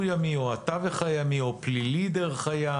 ימי או התווך הימי או פלילי דרך הים